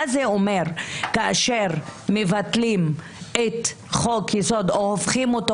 מה זה אומר כאשר מבטלים חוק-יסוד או הופכים אותו